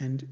and